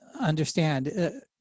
understand